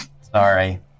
sorry